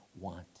want